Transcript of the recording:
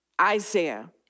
Isaiah